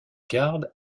garde